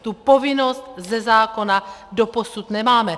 Tu povinnost ze zákona doposud nemáme.